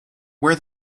wear